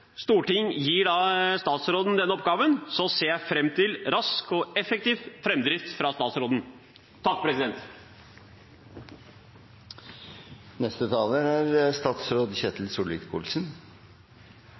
storting gir statsråden denne oppgaven, ser jeg fram til en rask og effektiv framdrift fra statsråden. Den største glede en kan ha, er